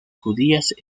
judías